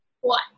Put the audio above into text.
One